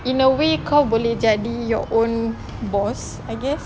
in a way kau boleh jadi your own boss I guess